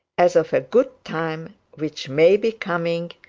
as of a good time which may be coming,